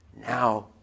now